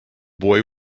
boy